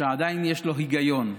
שעדיין יש לו היגיון,